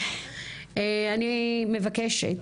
אני מבקשת,